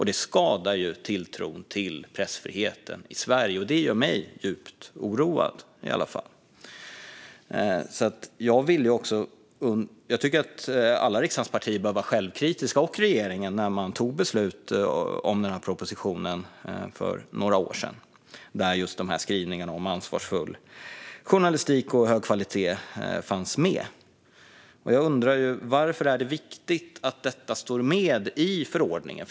Det skadar tilltron till pressfriheten i Sverige, och det gör i alla fall mig djupt oroad. Jag tycker att regeringen och alla riksdagspartier bör vara självkritiska. Man tog beslut om propositionen för några år sedan, och just skrivningarna om ansvarsfull journalistik och hög kvalitet fanns med. Jag undrar: Varför är det viktigt att det står i förordningen?